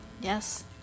Yes